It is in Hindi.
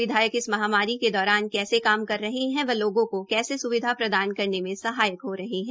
विधायक इस महामारी के दौरान कैसे काम कर रहे हैं व लोगों को कैसे सुविधा प्रदान करने मे सहायक हो रहे हैं